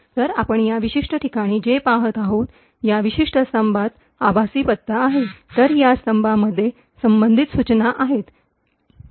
तर आपण या विशिष्ट ठिकाणी जे पहात आहोत या विशिष्ट स्तंभात आभासी पत्ता आहे तर या स्तंभांमध्ये संबंधित सूचना आहेत